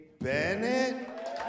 Bennett